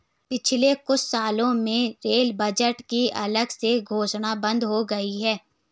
पिछले कुछ सालों में रेल बजट की अलग से घोषणा बंद हो गई है